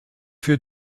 für